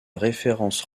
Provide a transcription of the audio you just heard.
référence